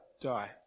die